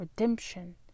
redemption